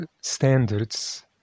standards